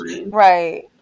right